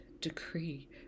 decree